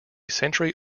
century